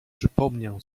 przypomniał